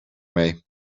mee